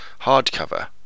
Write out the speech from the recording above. hardcover